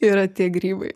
yra tie grybai